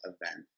event